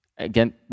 again